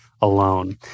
alone